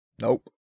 nope